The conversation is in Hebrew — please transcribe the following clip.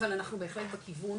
אבל אנחנו בהחלט בכיוון